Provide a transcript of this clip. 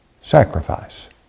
sacrifice